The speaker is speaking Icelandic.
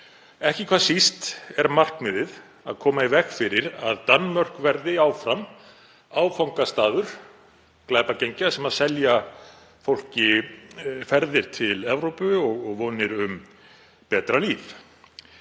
Ekki hvað síst er markmiðið að koma í veg fyrir að Danmörk verði áfram áfangastaður glæpagengja sem selja fólki ferðir til Evrópu og vonir um betra líf.